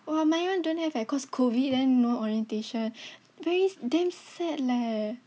!wah! my one don't have eh cause COVID then no orientation very damn sad leh